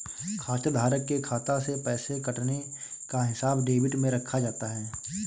खाताधारक के खाता से पैसे कटने का हिसाब डेबिट में रखा जाता है